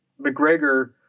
McGregor